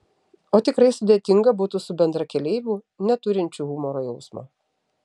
o tikrai sudėtinga būtų su bendrakeleiviu neturinčiu humoro jausmo